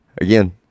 Again